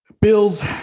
Bills